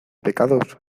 pecados